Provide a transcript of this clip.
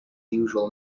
usual